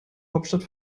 hauptstadt